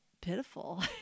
pitiful